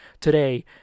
today